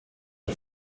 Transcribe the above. der